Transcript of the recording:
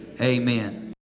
amen